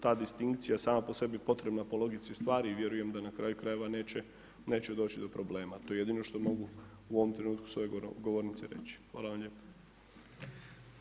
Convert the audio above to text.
Ta distinkcija sama po sebi potrebna po logici stvari, vjerujem da na kraju krajeva neće doći do problema, to je jedino što mogu u ovom trenutku s ove govornice reći.